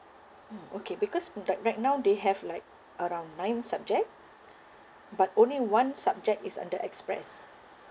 mm okay because like right now they have like around nine subject but only one subject is under express